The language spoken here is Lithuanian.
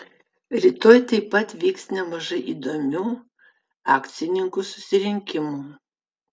rytoj taip pat vyks nemažai įdomių akcininkų susirinkimų